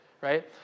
right